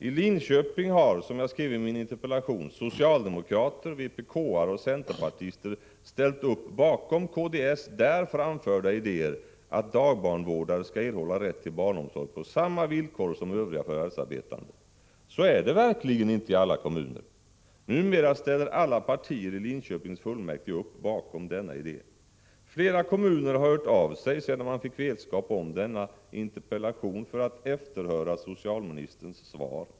I Linköping har, som jag skrev i min interpellation, socialdemokrater, vpk-are och centerpartister ställt upp bakom kds där framförda idéer, att dagbarnvårdare skall erhålla rätt till barnomsorg på samma villkor som övriga förvärvsarbetande. Så är det verkligen inte i alla kommuner. Numera ställer alla partier i Linköpings kommunfullmäktige upp bakom denna idé. Flera kommuner har hört av sig sedan man fått vetskap om denna interpellation för att efterhöra biträdande socialministerns svar.